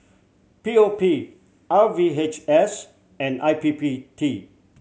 P O P R V H S and I P P T